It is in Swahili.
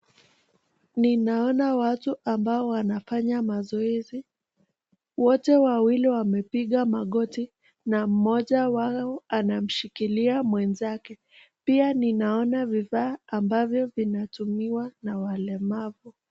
Ninaona watu ambao wanafanya mazoezi wote wawili wamepiga magoti na mmoja wao anamshikilia mwenzake. Pia ninaona vifaa ambavyo vinatumiwa na walemavu.